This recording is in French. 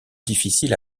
difficile